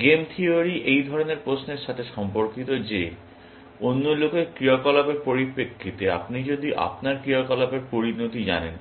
game theory এই ধরনের প্রশ্নের সাথে সম্পর্কিত যে অন্য লোকের ক্রিয়াকলাপের পরিপ্রেক্ষিতে আপনি যদি আপনার ক্রিয়াকলাপের পরিণতি জানেন